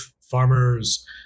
farmers